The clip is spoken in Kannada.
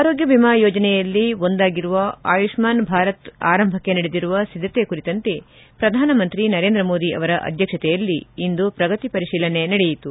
ಆರೋಗ್ಲ ವಿಮಾ ಯೋಜನೆಯಲ್ಲಿ ಒಂದಾಗಿರುವ ಆಯುಷ್ಪಾನ್ ಭಾರತ್ ಆರಂಭಕ್ತೆ ನಡೆದಿರುವ ಸಿದ್ದತೆ ಕುರಿತಂತೆ ಪ್ರಧಾನಮಂತ್ರಿ ನರೇಂದ್ರ ಮೋದಿ ಅವರ ಅಧ್ಯಕ್ಷತೆಯಲ್ಲಿ ಪ್ರಗತಿ ಪರಿಶೀಲನೆ ನಡೆಯಿತು